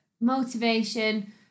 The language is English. motivation